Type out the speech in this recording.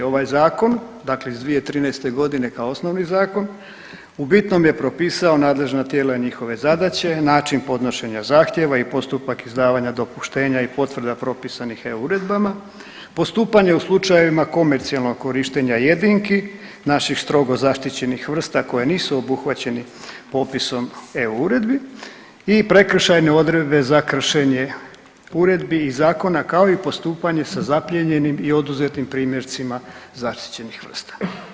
Ovaj zakon, dakle iz 2013. godine kao osnovni zakon u bitnom je propisao nadležna tijela i njihove zadaće, način podnošenja zahtjeva i postupak izdavanja dopuštenja i potvrda propisanih EU uredbama, postupanje u slučajevima komercijalnog korištenja jedinki naših strogo zaštićenih vrsta koje nisu obuhvaćeni popisom EU uredbi i prekršajne odredbe za kršenje uredbi i zakona kao i postupanje sa zaplijenjenim i oduzetim primjercima zaštićenih vrsta.